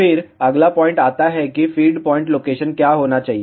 फिर अगला पॉइंट आता है कि फ़ीड पॉइंट लोकेशन क्या होना चाहिए